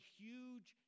huge